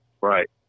Right